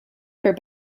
for